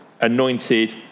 anointed